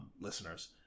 listeners